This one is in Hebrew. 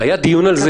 היה דיון על זה?